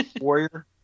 Warrior